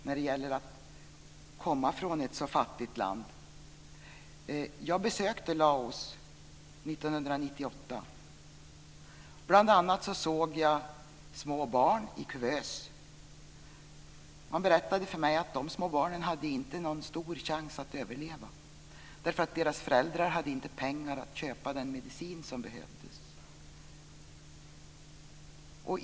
Jag besökte Laos 1998. Jag såg bl.a. små barn i kuvöser. Man berättade för mig att de små barnen inte hade så stor chans att överleva därför att deras föräldrar hade inte pengar att köpa den medicin som behövdes.